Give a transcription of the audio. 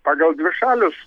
pagal dvišalius